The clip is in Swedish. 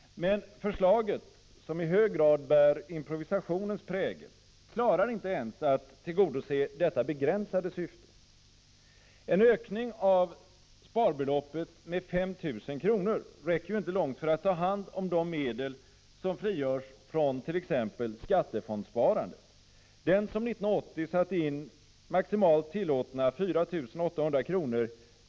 Men förslaget, som i hög grad bär improvisationens prägel, klarar inte ens att tillgodose detta begränsade syfte. En ökning av sparbeloppet med 5 000 kr. räcker inte långt för att ta hand om de medel som frigörs från t.ex. skattefondssparandet. Den som 1980 satte in maximalt tillåtna 4 800 kr.